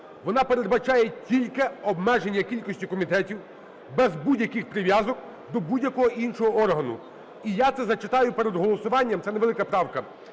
Вона передбачає тільки обмеження кількістю комітетів без будь-яких прив'язок до будь-якого іншого органу. І я це зачитаю перед голосуванням, це невелика правка,